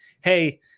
hey